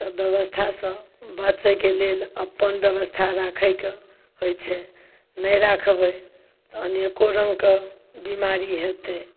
सब ब्यबस्था सँ बचैके लेल अपन ब्यबस्था राखैके होइ छै नहि राखबै तऽ अनेकोँ रङ्गके बिमारी हेतै